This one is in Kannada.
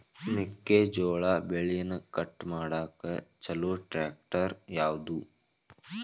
ಮೆಕ್ಕೆ ಜೋಳ ಬೆಳಿನ ಕಟ್ ಮಾಡಾಕ್ ಛಲೋ ಟ್ರ್ಯಾಕ್ಟರ್ ಯಾವ್ದು?